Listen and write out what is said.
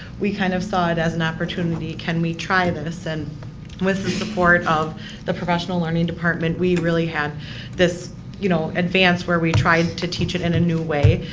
we kind of saw it as an opportunity can we try this? and with the support of the professional learning department, we really had this you know advance where we tried to teach in a new way.